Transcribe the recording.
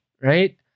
right